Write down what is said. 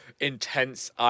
Intense